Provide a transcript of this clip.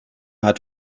hat